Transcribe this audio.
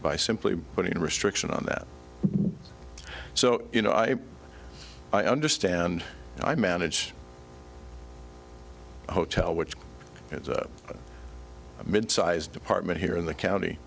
by simply putting a restriction on that so you know i understand i manage a hotel which is a mid sized department here in the